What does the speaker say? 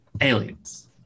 aliens